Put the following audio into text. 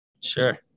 Sure